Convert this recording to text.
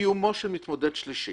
קיומו של מתמודד שלישי